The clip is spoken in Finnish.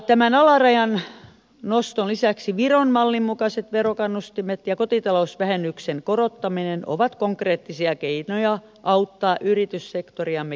tämän alarajan noston lisäksi viron mallin mukaiset verokannustimet ja kotitalousvähennyksen korottaminen ovat konkreettisia keinoja auttaa yrityssektoriamme kehittymään